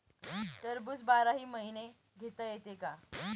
टरबूज बाराही महिने घेता येते का?